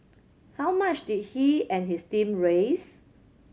how much did he and his team raise